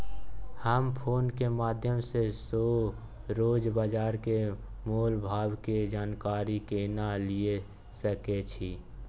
हम फोन के माध्यम सो रोज बाजार के मोल भाव के जानकारी केना लिए सके छी?